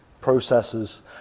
processes